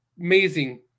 Amazing